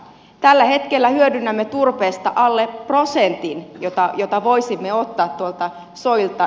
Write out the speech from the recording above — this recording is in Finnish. tällä hetkellä hyödynnämme alle prosentin turpeesta jota voisimme ottaa tuolta soilta